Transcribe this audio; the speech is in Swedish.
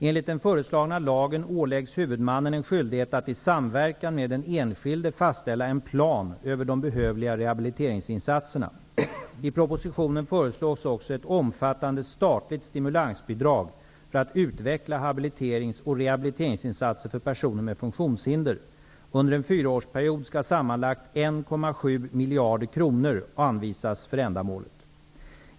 Enligt den föreslagna lagen åläggs huvudmannen en skyldighet att i samverkan med den enskilde fastställa en plan över de behövliga rehabiliteringsinsatserna. I propositionen föreslås också att ett omfattande statligt stimulansbidrag för att utveckla habiliterings och rehabiliteringsinsatser för personer med funktionshinder. Under en fyraårsperiod skall sammanlagt 1,7 miljarder kronor anvisas för ändamålet.